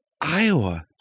Iowa